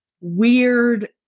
weird